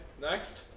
next